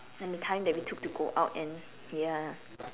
and the time we took to go out and ya